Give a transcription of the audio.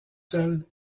seul